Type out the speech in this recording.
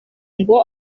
ngo